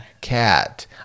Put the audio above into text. cat